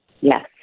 Yes